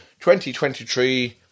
2023